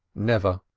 never.